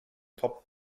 top